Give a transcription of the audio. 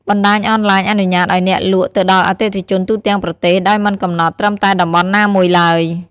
បណ្ដាញអនឡាញអនុញ្ញាតឱ្យអ្នកលក់ទៅដល់អតិថិជនទូទាំងប្រទេស ដោយមិនកំណត់ត្រឹមតែតំបន់ណាមួយឡើយ។